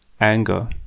anger